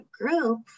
group